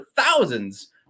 thousands